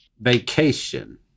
Vacation